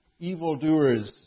evildoers